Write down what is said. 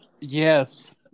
Yes